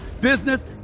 business